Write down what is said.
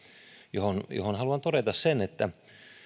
johon johon haluan todeta sen että